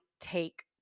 take